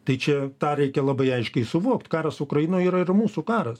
tai čia tą reikia labai aiškiai suvokt karas ukrainoj yra ir mūsų karas